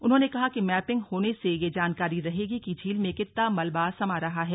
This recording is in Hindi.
उन्होंने कहा कि मैपिंग होने से यह जानकारी रहेगी की झील में कितना मलबा समा रहा है